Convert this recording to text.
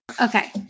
Okay